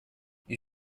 you